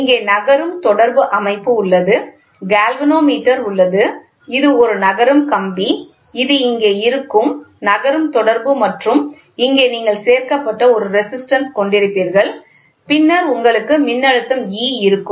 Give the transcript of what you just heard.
இங்கே நகரும் தொடர்பு அமைப்பு உள்ளது கால்வனோமீட்டர் உள்ளது இது ஒரு நகரும் கம்பி இது இங்கே இருக்கும் நகரும் தொடர்பு மற்றும் இங்கே நீங்கள் சேர்க்கப்பட்ட ஒரு ரெசிஸ்டன்ஸ் கொண்டிருப்பீர்கள் பின்னர் உங்களுக்கு மின்னழுத்தம் E இருக்கும்